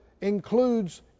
includes